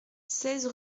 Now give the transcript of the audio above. seize